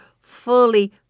fully